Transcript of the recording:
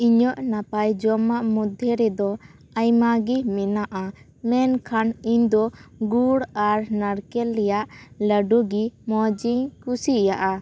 ᱤᱧᱟᱹᱜ ᱱᱟᱯᱟᱭ ᱡᱚᱢᱟᱜ ᱢᱚᱫᱽᱫᱷᱮ ᱨᱮᱫᱚ ᱟᱭᱢᱟ ᱜᱮ ᱢᱮᱱᱟᱜᱼᱟ ᱢᱮᱱᱠᱷᱟᱱ ᱤᱧ ᱫᱚ ᱜᱩᱲ ᱟᱨ ᱱᱟᱨᱠᱮᱞ ᱨᱤᱭᱟᱜ ᱞᱟᱹᱰᱩ ᱜᱮ ᱢᱚᱡᱽ ᱤᱧ ᱠᱩᱥᱤᱭᱟᱜᱼᱟ